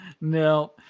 No